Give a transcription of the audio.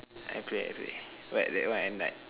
I play I play but that one at night